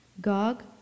Gog